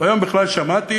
והיום בכלל שמעתי,